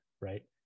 right